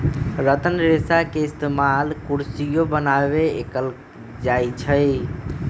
रतन रेशा के इस्तेमाल कुरसियो बनावे में कएल जाई छई